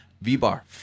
v-bar